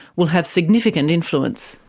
will have significant influence.